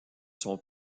sont